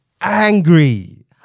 Angry